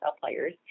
players